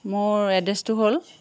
মোৰ এড্ৰেছটো হ'ল